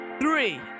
Three